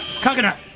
Coconut